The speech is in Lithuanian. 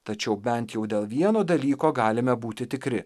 tačiau bent jau dėl vieno dalyko galime būti tikri